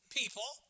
people